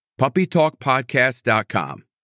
PuppyTalkPodcast.com